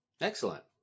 Excellent